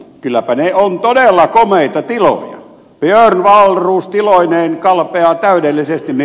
kylläpä ne ovat todella komeita tiloja